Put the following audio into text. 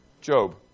Job